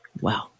Wow